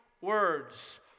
words